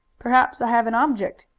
perhaps i have an object,